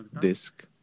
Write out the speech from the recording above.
disk